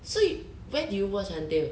so you where did you watch until